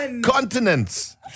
continents